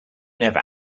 never